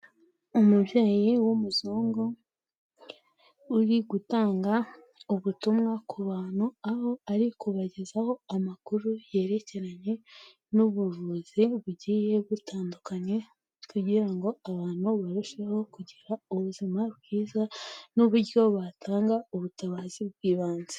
Umubyeyi w'umuzungu uri gutanga ubutumwa ku bantu, aho ari kubagezaho amakuru yerekeranye n'ubuvuzi bugiye butandukanye, kugira ngo abantu barusheho kugira ubuzima bwiza n'uburyo batanga ubutabazi bw'ibanze.